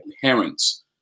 parents